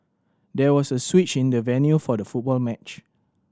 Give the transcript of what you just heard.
there was a switch in the venue for the football match